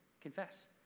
confess